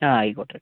ആ ആ ആയിക്കോട്ടെ